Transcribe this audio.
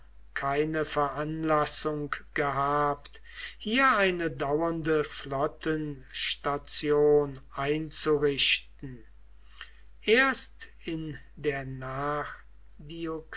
keine veranlassung gehabt hier eine dauernde flottenstation einzurichten erst in der